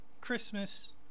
Christmas